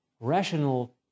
rational